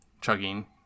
chugging